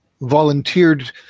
volunteered